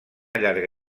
llarga